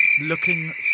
Looking